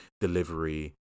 delivery